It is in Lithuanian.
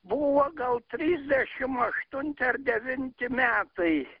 buvo gal trisdešim aštunti ar devinti metai